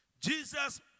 Jesus